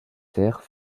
terres